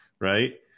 right